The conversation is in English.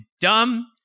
dumb